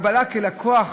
הגבלה כלקוח